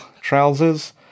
trousers